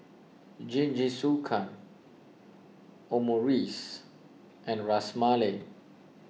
Jingisukan Omurice and Ras Malai